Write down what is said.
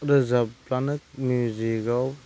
रोजाबब्लानो मिउजिकआव